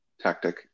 tactic